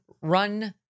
run